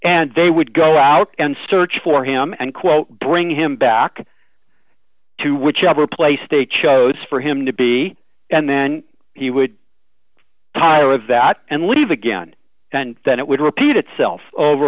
and they would go out and search for him and quote bring him back to whichever place state chose for him to be and then he would tire of that and leave again and then it would repeat itself over